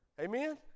Amen